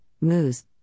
Moose